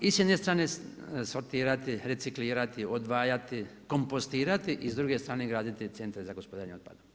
I s jedne strane sortirati, reciklirati, odvajati, kompostirati i s druge strane graditi centre za gospodarenje otpadom.